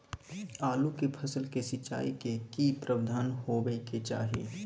आलू के फसल के सिंचाई के की प्रबंध होबय के चाही?